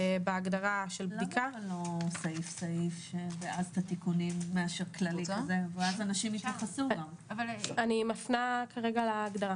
בסעיף 1 בהגדרות אנחנו מחקנו את פסקה מספר 3 להגדרת